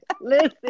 Listen